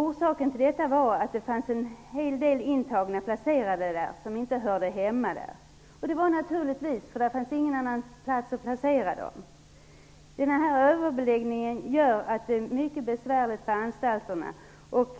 Orsaken till detta var att en hel del av de intagna inte hörde hemma där. Det fanns naturligtvis inget annat ställe att placera dem på. Överbeläggningen gör det mycket besvärligt för anstalterna att